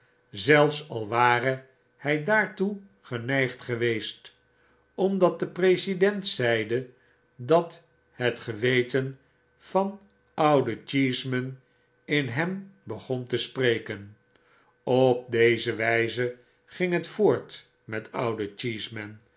zelfs al ware hy daartoe geneigd geweest omdat de president zeide dat het geweten van ouden cheeseman in hem begon te spreken op deze wjjze ging het voort met